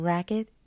Racket